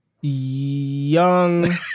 Young